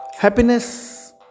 Happiness